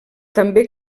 també